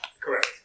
Correct